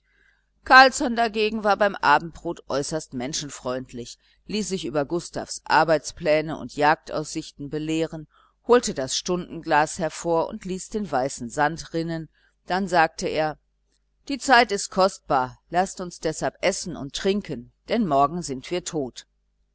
carlsson dagegen war beim abendbrot äußerst menschenfreundlich ließ sich über gustavs arbeitspläne und jagdaussichten belehren holte das stundenglas hervor und ließ den weißen sand rinnen dann sagte er die zeit ist kostbar laßt uns deshalb essen und trinken denn morgen sind wir tot